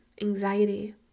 anxiety